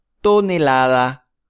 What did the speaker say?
Tonelada